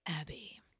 Abby